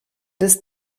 des